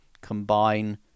combine